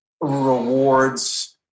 rewards